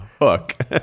hook